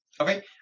Okay